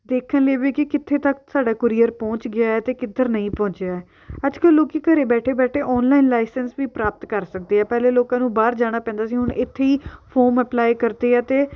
ਦੇਖਣ ਲਈ ਵੀ ਕਿ ਕਿੱਥੇ ਤੱਕ ਸਾਡਾ ਕੂਰੀਅਰ ਪਹੁੰਚ ਗਿਆ ਹੈ ਅਤੇ ਕਿੱਧਰ ਨਹੀਂ ਪਹੁੰਚਿਆ ਹੈ ਅੱਜ ਕੱਲ੍ਹ ਲੋਕ ਘਰ ਬੈਠੇ ਬੈਠੇ ਔਨਲਾਈਨ ਲਾਈਸੈਂਸ ਵੀ ਪ੍ਰਾਪਤ ਕਰ ਸਕਦੇ ਆ ਪਹਿਲੇ ਲੋਕਾਂ ਨੂੰ ਬਾਹਰ ਜਾਣਾ ਪੈਂਦਾ ਸੀ ਹੁਣ ਇੱਥੇ ਹੀ ਫੋਰਮ ਅਪਲਾਈ ਕਰਦੇ ਆ ਅਤੇ